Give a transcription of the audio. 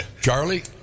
Charlie